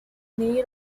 need